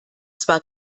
zwar